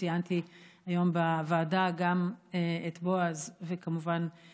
וציינתי היום בוועדה גם את בועז וגם את